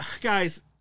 guys